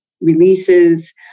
releases